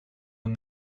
een